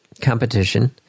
competition